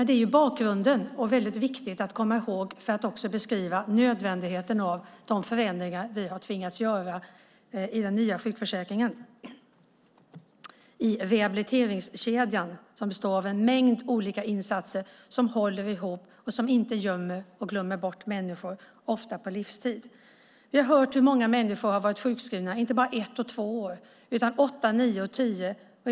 Det är bakgrunden och väldigt viktigt att komma ihåg för att också beskriva nödvändigheten av de förändringar som vi har tvingats göra i den nya sjukförsäkringen, i rehabiliteringskedjan som består av en mängd olika insatser som håller ihop och som inte gömmer och glömmer bort människor, ofta på livstid. Vi har hört hur många människor har varit sjukskrivna inte bara under ett och två år utan under åtta, nio och tio år.